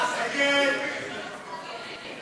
הצעת חוק-יסוד: